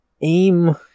aim